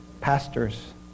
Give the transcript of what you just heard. Pastors